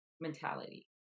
mentality